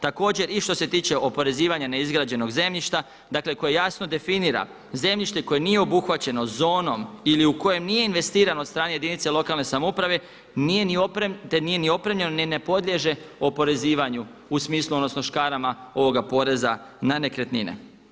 Također i što se tiče oporezivanja neizgrađenog zemljišta koje jasno definira zemljište koje nije obuhvaćeno zonom ili u kojem nije investirano od strane jedinice lokalne samouprave te nije ni opremljeno ni ne podliježe oporezivanju u smislu odnosno škarama ovoga poreza na nekretnine.